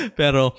pero